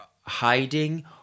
hiding